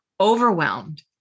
overwhelmed